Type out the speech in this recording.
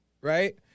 right